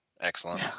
excellent